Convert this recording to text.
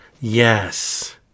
Yes